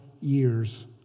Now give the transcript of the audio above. years